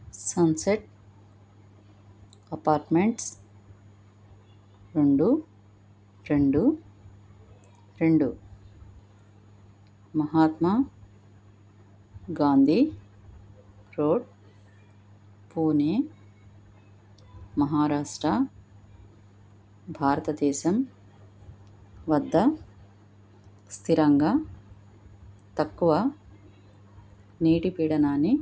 sunset apartments రెండు రెండు రెండు మహాత్మా గాంధీ రోడ్ పూణే మహారాష్ట్ర భారతదేశం వద్ద స్థిరంగా తక్కువ నీటి పీడనాన్ని